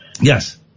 Yes